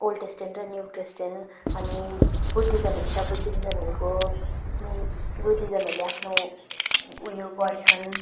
old testament र new testament अनि बुद्धिजमहरू सबै बुद्धिजमहरूको बुद्धिजमहरूले आफ्नो ऊ यो पढ्छन्